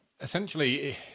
essentially